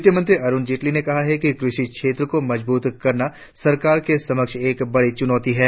वित्त मंत्री अरुण जेटली ने कहा है कि कृषि क्षेत्र को मजबूत करना सरकार के समक्ष एक बड़ी चुनौती है